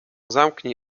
zamknij